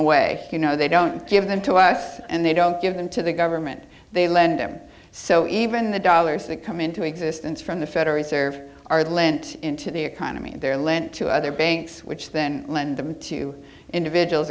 away you know they don't give them to us and they don't give them to the government they lend them so even the dollars that come into existence from the federal reserve are lent into the economy and they're lent to other banks which then lend them to individuals